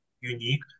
unique